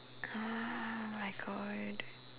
!oh-my-God!